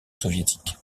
soviétique